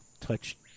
touch